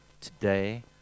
today